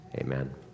Amen